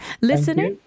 Listener